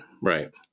Right